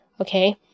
okay